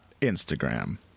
Instagram